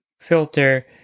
filter